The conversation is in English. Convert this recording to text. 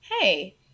hey